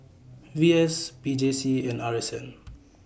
V S P J C and R S N